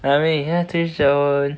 I mean to each his own